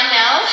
now